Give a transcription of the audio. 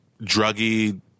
druggy